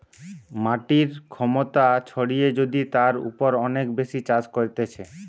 মাটির ক্ষমতা ছাড়িয়ে যদি তার উপর অনেক বেশি চাষ করতিছে